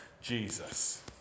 Jesus